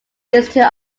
institute